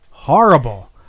horrible